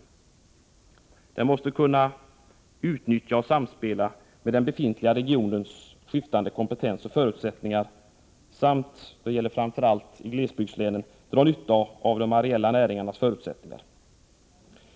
Regionalpolitiken måste kunna utnyttja och samspela med den befintliga regionens skiftande kompetens och förutsättningar samt — framför allt i glesbygdslänen — dra nytta av de areella näringarnas förutsättningar.